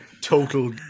Total